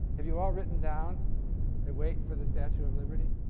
have you all written down a weight for the statute of liberty?